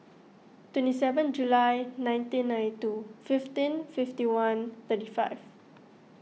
twenty seven July nineteen ninety two fifteen fifty one thirty five